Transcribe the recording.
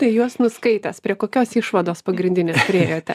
tai juos nuskaitęs prie kokios išvados pagrindinės priėjote